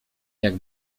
jak